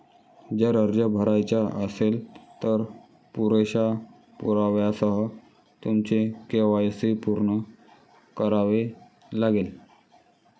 जर अर्ज भरायचा असेल, तर पुरेशा पुराव्यासह तुमचे के.वाय.सी पूर्ण करावे लागेल